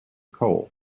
coal